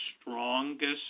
strongest